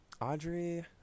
Audrey